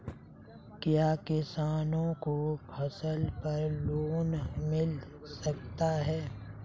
क्या किसानों को फसल पर लोन मिल सकता है?